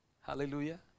hallelujah